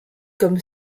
comme